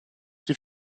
die